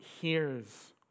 hears